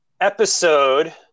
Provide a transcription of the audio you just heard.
episode